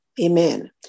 Amen